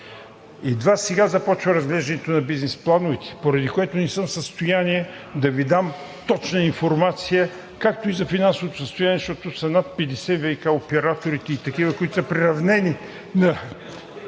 Едва сега започва разглеждането на бизнес плановете, поради което не съм в състояние да Ви дам точна информация както за финансовото състояние, защото са над 50 ВиК операторите и такива, които са приравнени…